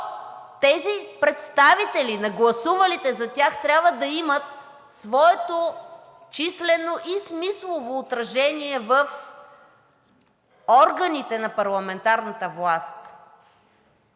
тези представители на гласувалите за тях трябва да имат своето числено и смислово отражение в органите на парламентарната власт.